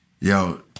yo